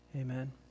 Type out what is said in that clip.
Amen